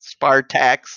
spartax